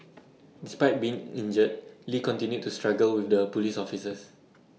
despite being injured lee continued to struggle with the Police officers